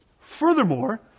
Furthermore